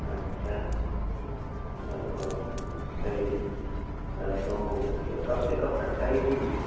اچھا اوہ چلیے تو کب سے کب تک چاہیے چھٹی